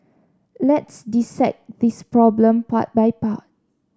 let's dissect this problem part by part